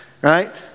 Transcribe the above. right